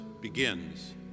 begins